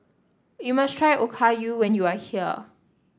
you must try Okayu when you are here